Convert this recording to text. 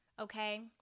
okay